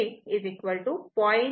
6 o 0